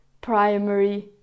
primary